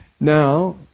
Now